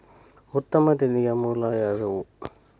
ಉತ್ತಮ ನಿಧಿಯ ಮೂಲ ಯಾವವ್ಯಾವು?